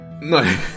No